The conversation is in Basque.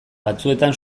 batzuetan